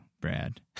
Brad